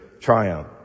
triumph